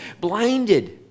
blinded